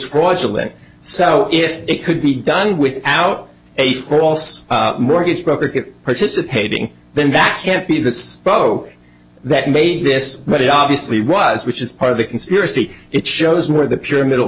fraudulent so if it could be done without a false mortgage broker get participating then that can't be this low that made this but it obviously was which is part of the conspiracy it shows where the pure middle